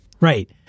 right